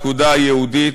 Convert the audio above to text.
"הנקודה היהודית",